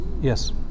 Yes